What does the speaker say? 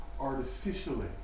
artificially